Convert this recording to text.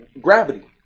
gravity